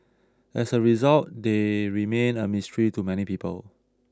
as a result they remain a mystery to many people